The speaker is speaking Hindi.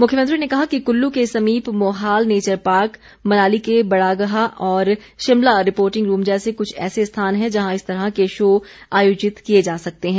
मुख्यमंत्री ने कहा कि कुल्लू के समीप मोहाल नेचर पार्क मनाली के बड़ागहा और शिमला रिपोर्टिंग रूम जैसे कुछ ऐसे स्थान हैं जहां इस तरह के शो आयोजित किए जा सकते हैं